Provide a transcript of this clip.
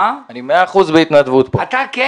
אתה כן.